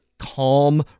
calm